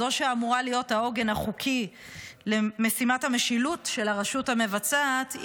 זאת שאמורה להיות העוגן החוקי למשימת המשילות של הרשות המבצעת,